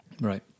Right